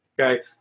okay